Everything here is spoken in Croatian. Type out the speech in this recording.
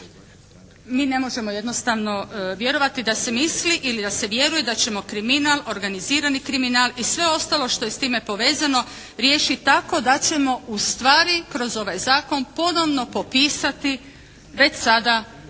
mi ne možemo jednostavno vjerovati da se misli ili da se vjeruje da ćemo kriminal, organizirani kriminal i sve ostalo što je s time povezano riješiti tako da ćemo ustvari kroz ovaj zakon ponovno popisati već sada